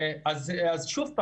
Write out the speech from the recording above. אז שוב.